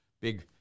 big